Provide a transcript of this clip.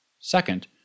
Second